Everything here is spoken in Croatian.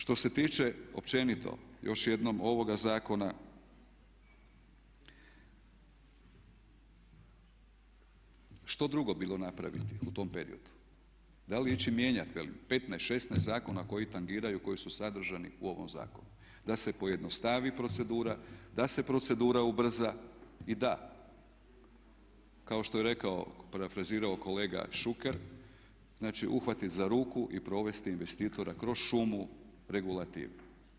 Što se tiče općenito još jednom ovoga zakona, što drugo bilo napraviti u tom periodu, da li ići mijenjati velim 15, 16, zakona koji tangiraju, koji su sadržani u ovom zakonu da se pojednostavi procedura, da se procedura ubrza i da kao što je rekao, parafrazirao kolega Šuker znači uhvatit za ruku i provesti investitora kroz šumu regulative.